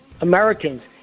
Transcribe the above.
Americans